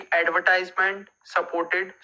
advertisement-supported